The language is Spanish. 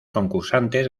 concursantes